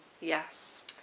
Yes